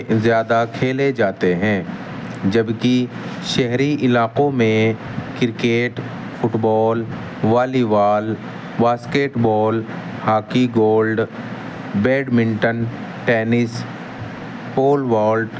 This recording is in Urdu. زیادہ کھیلے جاتے ہیں جبکہ شہری علاقوں میں cricket football volleyball basketball hockey golf badminton tennis pole bolt